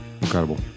Incredible